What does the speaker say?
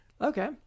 Okay